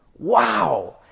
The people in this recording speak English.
Wow